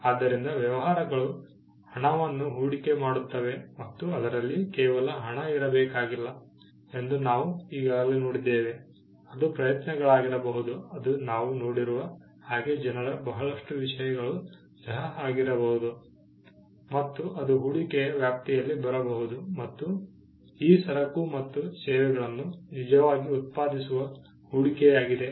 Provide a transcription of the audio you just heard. ಆದ್ದರಿಂದ ವ್ಯವಹಾರಗಳು ಹಣವನ್ನು ಹೂಡಿಕೆ ಮಾಡುತ್ತವೆ ಮತ್ತು ಅದರಲ್ಲಿ ಕೇವಲ ಹಣ ಇರಬೇಕಾಗಿಲ್ಲ ಎಂದು ನಾವು ಈಗಾಗಲೇ ನೋಡಿದ್ದೇವೆ ಅದು ಪ್ರಯತ್ನಗಳಾಗಿರಬಹುದು ಅದು ನಾವು ನೋಡಿರುವ ಹಾಗೆ ಜನರ ಬಹಳಷ್ಟು ವಿಷಯಗಳು ಸಹ ಆಗಿರಬಹುದು ಮತ್ತು ಅದು ಹೂಡಿಕೆಯ ವ್ಯಾಪ್ತಿಯಲ್ಲಿ ಬರಬಹುದು ಮತ್ತು ಈ ಸರಕು ಮತ್ತು ಸೇವೆಗಳನ್ನು ನಿಜವಾಗಿ ಉತ್ಪಾದಿಸುವ ಹೂಡಿಕೆಯಾಗಿದೆ